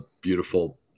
beautiful